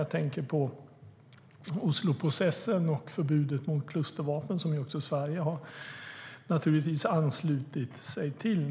Jag tänker på Osloprocessen och förbudet mot klustervapen, som Sverige naturligtvis har anslutit sig till.